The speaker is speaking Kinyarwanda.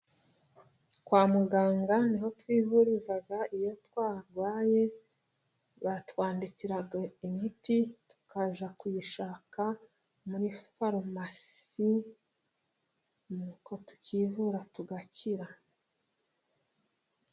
Kwa muganga niho twivuriza iyo twarwaye baratwandikira imiti tukajya kuyishaka muri farumasi nuko tukivura tugakira.